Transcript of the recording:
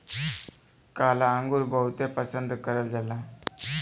काला अंगुर बहुते पसन्द करल जाला